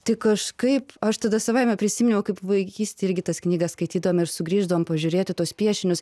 tai kažkaip aš tada savaime prisiminiau kaip vaikystėj irgi tas knygas skaitydavom ir sugrįždavom pažiūrėti tuos piešinius